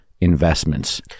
investments